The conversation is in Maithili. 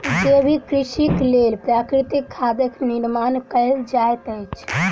जैविक कृषिक लेल प्राकृतिक खादक निर्माण कयल जाइत अछि